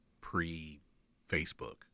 pre-Facebook